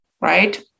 Right